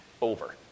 over